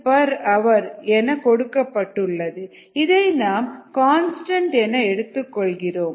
5h என கொடுக்கப்பட்டுள்ளது இதை நாம் கன்ஸ்டன்ட் என எடுத்துக் கொள்கிறோம்